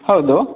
ಹೌದು